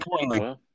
importantly